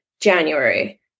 January